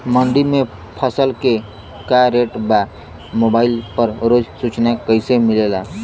मंडी में फसल के का रेट बा मोबाइल पर रोज सूचना कैसे मिलेला?